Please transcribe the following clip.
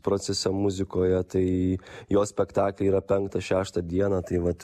procese muzikoje tai jo spektakliai yra penktą šeštą dieną tai vat